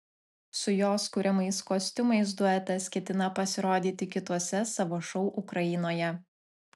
su jos kuriamais kostiumais duetas ketina pasirodyti kituose savo šou ukrainoje